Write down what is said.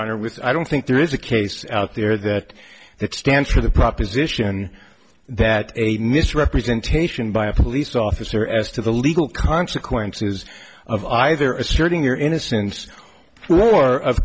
honor with i don't think there is a case out there that that stands for the proposition that a misrepresentation by a police officer as to the legal consequences of either asserting their innocence well or of